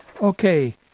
Okay